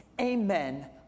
amen